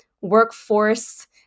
workforce